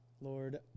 Lord